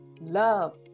love